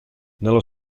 nello